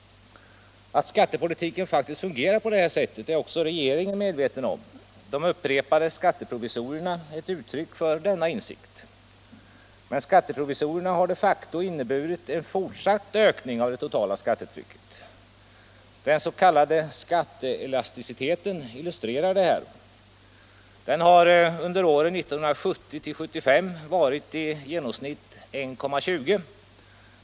Att skattepolitiken faktiskt fungerar på det här sättet är också regeringen medveten om. De upprepade skatteprovisorierna är ett uttryck för denna insikt. Men skatteprovisorierna har de facto inneburit en fortsatt ökning av det totala skattetrycket. Den s.k. skatteelasticiteten illustrerar detta. Den har under åren 1970-1975 varit i genomsnitt 1,20.